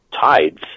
tides